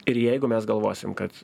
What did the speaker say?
ir jeigu mes galvosim kad